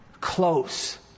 close